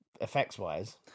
effects-wise